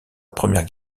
première